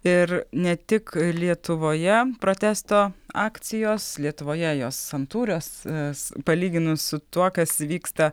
ir ne tik lietuvoje protesto akcijos lietuvoje jos santūrios palyginus su tuo kas vyksta